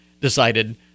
decided